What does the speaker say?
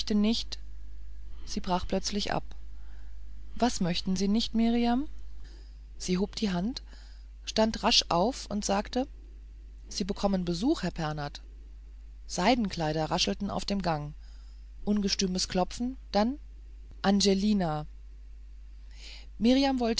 nicht sie brach plötzlich ab was möchten sie nicht mirjam sie hob die hand stand rasch auf und sagte sie bekommen besuch herr pernath seidenkleider raschelten auf dem gang ungestümes klopfen dann angelina